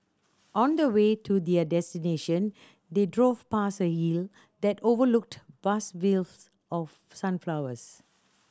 on the way to their destination they drove past a hill that overlooked vast fields of sunflowers